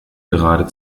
gerade